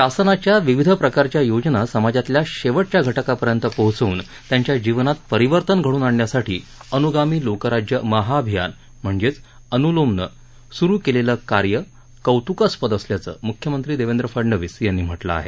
शासनाच्या विविध प्रकारच्या योजना समाजाच्या शेवटच्या घटकापर्यंत पोहोचवून त्यांच्या जीवनात परिवर्तन घडवून आणण्यासाठी अनुगामी लोकराज्य महाअभियान म्हणजेच अनुलोमनं सुरू केलेले कार्य कौतुकास्पद असल्याचं मुख्यमंत्री देवेंद्र फडनवीस यांनी म्हटलं आहे